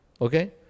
Okay